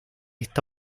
está